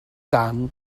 dan